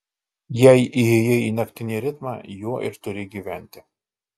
jei įėjai į naktinį ritmą juo ir turi gyventi